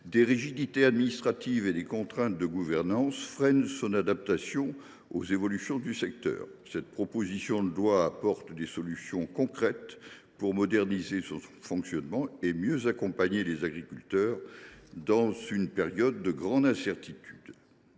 des rigidités administratives et des contraintes de gouvernance freinent son adaptation aux évolutions du secteur. Cette proposition de loi apporte des solutions concrètes pour moderniser son fonctionnement et mieux accompagner les agriculteurs, dans une période de grande incertitude.